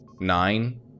Nine